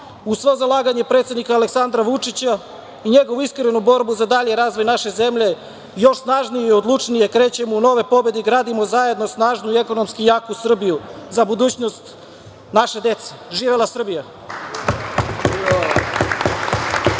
uz svo zalaganje predsednika Aleksandra Vučića i njegovu iskrenu borbu za dalji razvoj naše zemlje, još snažnije i odlučnije krećemo u nove pobede i gradimo zajedno snažnu i ekonomski jaku Srbiju, za budućnost naše dece. Živela Srbija!